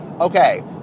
okay